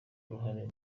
uruhare